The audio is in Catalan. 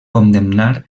condemnar